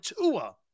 Tua